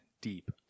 Deep